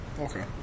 Okay